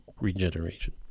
regeneration